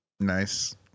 Nice